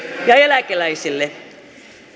ja eläkeläisille